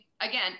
again